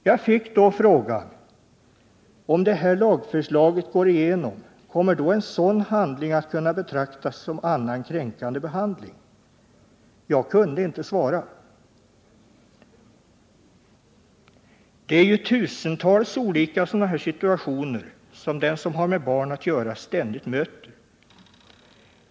Jag fick då frågan: Om det här lagförslaget går igenom, kommer då en sådan handling att kunna betraktas som ”annan kränkande behandling”? Jag kunde inte svara. Det är ju tusentals olika sådana här situationer som den som har med barn att göra ständigt möter.